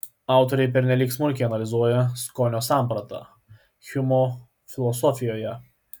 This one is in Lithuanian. autoriai pernelyg smulkiai analizuoja skonio sampratą hjumo filosofijoje